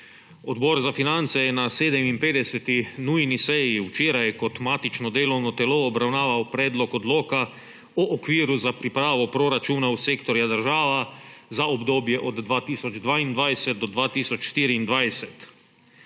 Odbor za finance je na 57. nujni seji včeraj kot matično delovno telo obravnaval Predlog odloka o okviru za pripravo proračunov sektorja država za obdobje od 2022 do 2024.